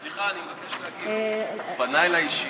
סליחה, אני מבקש להגיב, הוא פנה אלי אישית.